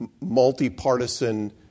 multi-partisan